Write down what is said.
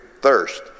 Thirst